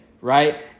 right